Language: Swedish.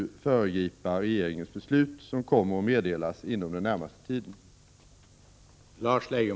Kommer regeringen att avslå rikspolisstyrelsens dispensansökan?